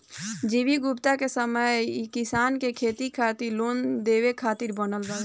G V Gupta के समय मे ई किसान के खेती खातिर लोन देवे खातिर बनल बावे